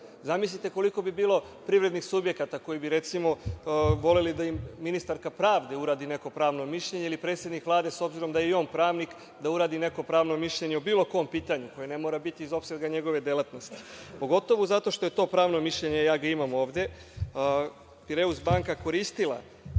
mišljenje? Zamislite koliko bi bilo privrednih subjekata koji bi voleli da im ministarka pravde uradi neko pravno mišljenje ili predsednik Vlade, obzirom da je i on pravnik, da uradi neko pravno mišljenje o bilo kom pitanju, koje ne mora biti iz opsega njegove delatnosti, pogotovo zato što je to pravno mišljenje, ja ga imam ovde, Pireus banka koristila